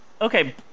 Okay